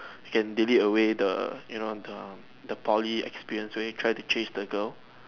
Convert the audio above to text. you can delete away the you know the Poly experience away try to chase that girl